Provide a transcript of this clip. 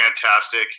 fantastic